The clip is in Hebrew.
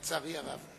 לצערי הרב.